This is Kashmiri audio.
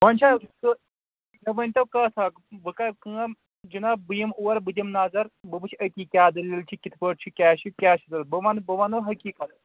ؤنۍ چھا سُہ مےٚ ؤنۍ تَو کَتھ اَکھ بہٕ کَرٕ کٲم جِناب بہٕ یِمہٕ اور بہٕ دِمہٕ نظر بہٕ وُچھٕ أتی کیٛاہ دٕلیٖل چھِ کِتھ پٲٹھۍ چھِ کیٛاہ چھِ کیٛاہ ضوٚرَت بہٕ وَنہٕ بہٕ وَنَو حقیٖقَت